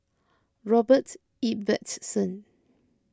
Robert Ibbetson